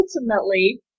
ultimately